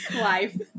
Life